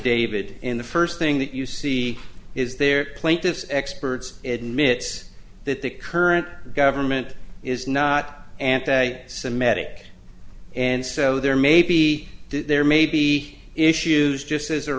david in the first thing that you see is there plaintiff's experts admits that the current government is not anti semitic and so there may be there may be issues just as there